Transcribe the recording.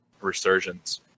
resurgence